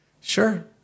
sure